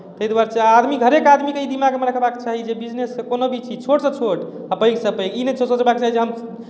ताहि दुआरे छैआदमी हरेक आदमीकेँ ई दिमागमे रखबाक चाही जे बिजनेससँ कोनो भी चीज छोटसँ छोट आ पैघसँ पैघ ई नहि सोचबाक चाही जे हम